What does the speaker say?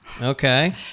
Okay